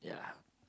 yeah